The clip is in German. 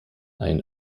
ein